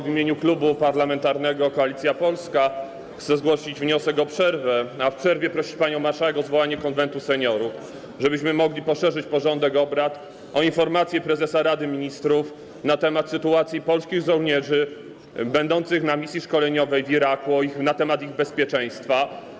W imieniu Klubu Parlamentarnego Koalicja Polska chcę zgłosić wniosek o przerwę, a w przerwie - prosić panią marszałek o zwołanie Konwentu Seniorów, żebyśmy mogli poszerzyć porządek obrad o informację prezesa Rady Ministrów na temat sytuacji polskich żołnierzy będących na misji szkoleniowej w Iraku, na temat ich bezpieczeństwa.